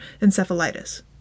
encephalitis